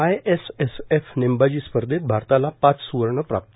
ISSF नेमबाजी स्पर्धेत भारताला पाच सुवर्ण प्राप्त